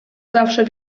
zawsze